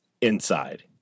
Inside